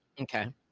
Okay